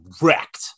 wrecked